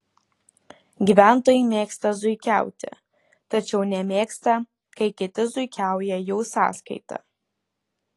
gyventojai mėgsta zuikiauti tačiau nemėgsta kai kiti zuikiauja jų sąskaita